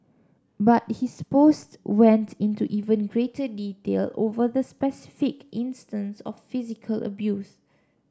but his post went into even greater detail over the specific instances of physical abuse